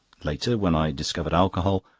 later, when i discovered alcohol,